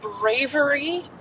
bravery